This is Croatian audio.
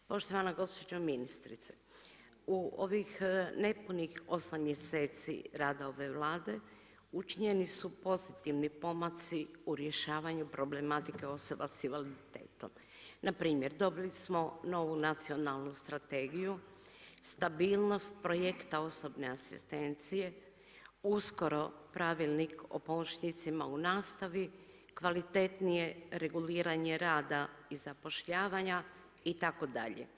Poštovana gospođo ministrice, u ovih nepunih 8 mjeseci rada ove Vlade, učinjeni su pozitivni pomaci u rješavanju problematike osoba sa invaliditetom, npr. dobili smo novu nacionalnu strategiju, stabilnost projekta osobne asistencije, uskoro Pravilnik o pomoćnicima u nastavi, kvalitetnije reguliranje rada i zapošljavanja itd.